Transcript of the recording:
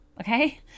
okay